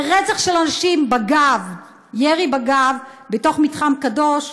ורצח של אנשים בגב, ירי בגב, בתוך מתחם קדוש,